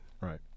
Right